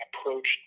approached